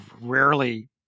rarely